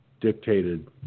dictated